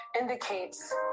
indicates